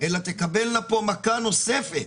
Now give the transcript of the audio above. אלא תקבלנה פה מכה נוספת.